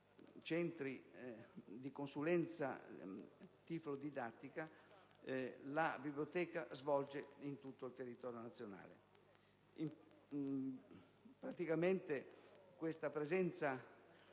una consulenza tiflodidattica, la biblioteca svolge su tutto il territorio nazionale.